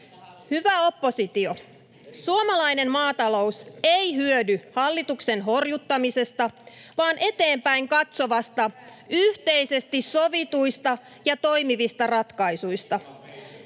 Hyvä oppositio, suomalainen maatalous ei hyödy hallituksen horjuttamisesta vaan eteenpäin katsovista, yhteisesti sovituista ja toimivista ratkaisuista.